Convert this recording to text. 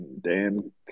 Dan